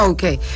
Okay